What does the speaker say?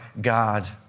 God